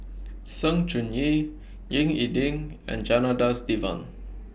Sng Choon Yee Ying E Ding and Janadas Devan